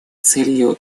целью